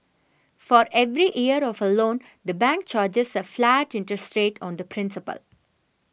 for every year of a loan the bank charges a flat interest rate on the principal